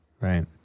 Right